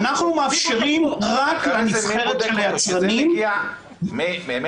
-- אנחנו מאפשרים רק לנבחרת של היצרנים -- מיכאל,